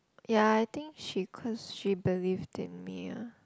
ya I think she cause she believed in me ah